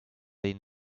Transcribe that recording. they